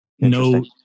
No